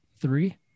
three